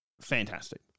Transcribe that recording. fantastic